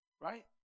Right